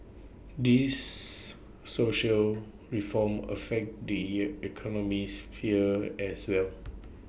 these social reforms affect the economic sphere as well